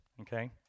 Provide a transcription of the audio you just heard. okay